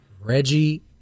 Reggie